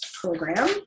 program